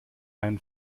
ein